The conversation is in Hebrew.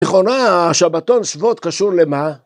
נכונה, השבתון שבועות קשור למה?